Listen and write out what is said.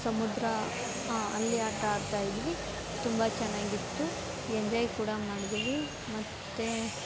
ಸಮುದ್ರ ಅಲ್ಲಿ ಆಟ ಆಡ್ತಾಯಿದ್ವಿ ತುಂಬ ಚೆನ್ನಾಗಿತ್ತು ಎಂಜಾಯ್ ಕೂಡ ಮಾಡಿದ್ವಿ ಮತ್ತು